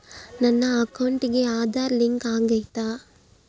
ನನ್ನ ಅಕೌಂಟಿಗೆ ಆಧಾರ್ ಲಿಂಕ್ ಆಗೈತಾ?